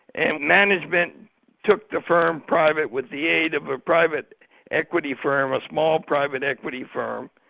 and management took the firm private with the aid of a private equity firm, a small private equity firm,